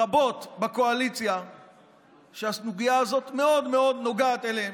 רבות, שהסוגיה הזאת מאוד מאוד נוגעת אליהן,